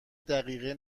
دقیقه